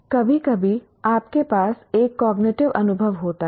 कभी कभी आपके पास एक कॉग्निटिव अनुभव होता है